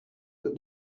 that